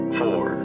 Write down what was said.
four